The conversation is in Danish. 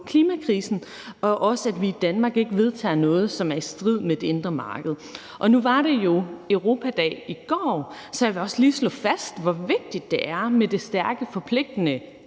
klimakrisen, og at vi i Danmark ikke vedtager noget, som er i strid med det indre marked. Nu var det jo Europadag i går, så jeg vil også lige slå fast, hvor vigtigt det er med det stærke forpligtende